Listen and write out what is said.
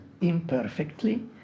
imperfectly